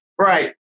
Right